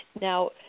Now